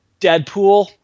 Deadpool